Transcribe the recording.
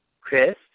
Chris